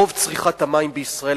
כיום רוב צריכת המים בישראל,